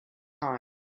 time